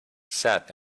sat